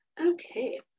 Okay